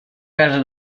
casa